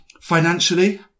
financially